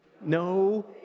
No